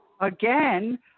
Again